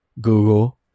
Google